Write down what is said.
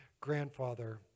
grandfather